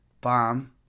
bomb